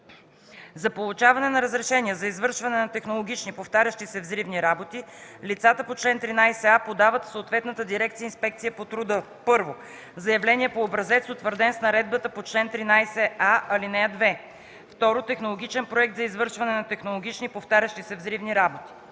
За получаване на разрешение за извършване на технологични (повтарящи се) взривни работи лицата по чл. 13а подават в съответната дирекция „Инспекция по труда”: 1. заявление по образец, утвърден с наредбата по чл. 13а, ал. 2; 2. технологичен проект за извършване на технологични (повтарящи се) взривни работи.